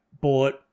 bought